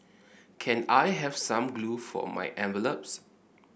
can I have some glue for my envelopes